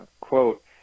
quote